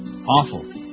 Awful